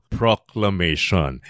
proclamation